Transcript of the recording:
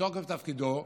מתוקף תפקידו,